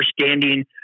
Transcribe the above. understanding